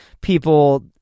people